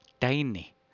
tiny